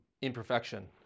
imperfection